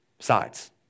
sides